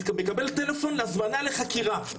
יקבל טלפון הזמנה לחקירה.